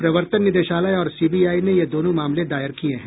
प्रवर्तन निदेशालय और सीबीआई ने ये दोनों मामले दायर किए हैं